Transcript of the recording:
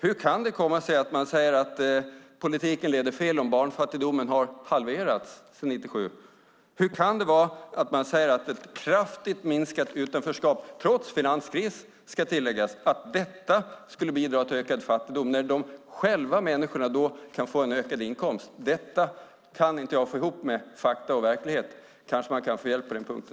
Hur kan det komma sig att man säger att politiken leder fel om barnfattigdomen har halverats sedan 1997? Hur kan det komma sig att man säger att ett kraftigt minskat utanförskap - trots finanskris, ska tilläggas - skulle bidra till ökad fattigdom när dessa människor kan få en ökad inkomst? Detta får jag inte ihop med fakta och verklighet. Kanske kan jag få hjälp på den punkten.